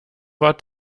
war